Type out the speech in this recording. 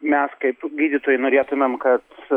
mes kaip gydytojai norėtumėm kad